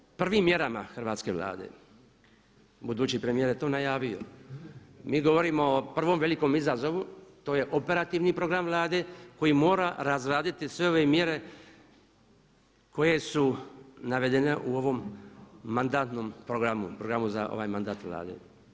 Kada govorimo o prvim mjerama hrvatske Vlade, budući premijer je tu najavio, mi govorimo o prvom velikom izazovu to je operativni program Vlade koji mora razraditi sve ove mjere koje su navedene u ovom mandatnom programu, programu za ovaj mandat Vlade.